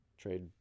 Trade